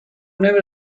never